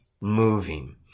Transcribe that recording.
moving